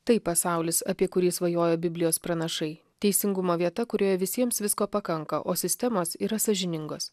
tai pasaulis apie kurį svajojo biblijos pranašai teisingumo vieta kurioje visiems visko pakanka o sistemos yra sąžiningos